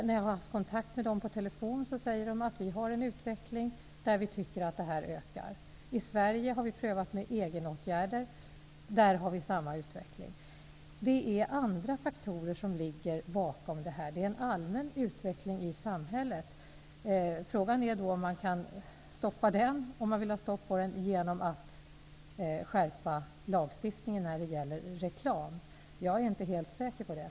När jag är i kontakt med norska företrädare per telefon får jag höra att man tycker att den ökar. I Sverige har vi prövat med egenåtgärder, och här har vi samma utveckling. Det är andra faktorer som ligger bakom detta, en allmän utveckling i samhället. Frågan är om man kan sätta stopp för den genom att skärpa reklamlagstiftningen. Jag är inte helt säker på det.